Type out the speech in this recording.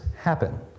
happen